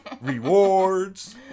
rewards